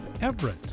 Everett